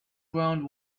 ground